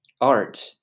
art